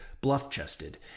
bluff-chested